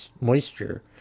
moisture